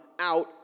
out